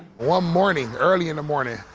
one morning, early in the morning,